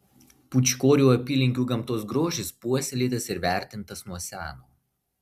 pūčkorių apylinkių gamtos grožis puoselėtas ir vertintas nuo seno